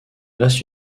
reste